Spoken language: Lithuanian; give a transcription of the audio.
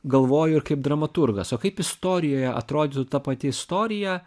galvoju ir kaip dramaturgas o kaip istorijoje atrodytų ta pati istorija